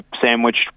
sandwiched